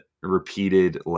repeated